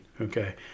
Okay